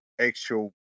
actual